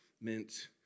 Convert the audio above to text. meant